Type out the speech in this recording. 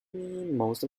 most